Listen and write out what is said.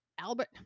Albert